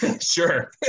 Sure